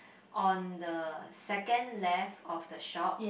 on the second left of the shop